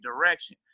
direction